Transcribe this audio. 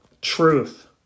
truth